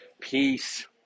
peace